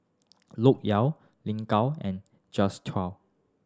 Loke Yew Lin Gao and Jules Itier